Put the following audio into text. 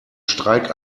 streik